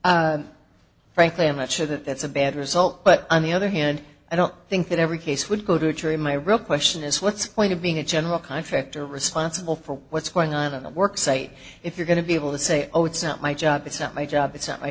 jury frankly i'm not sure that that's a bad result but on the other hand i don't think that every case would go to a jury my real question is what's point of being a general contractor responsible for what's going on in the work site if you're going to be able to say oh it's not my job it's not my job it's not my